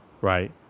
right